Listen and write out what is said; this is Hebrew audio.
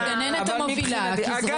אצל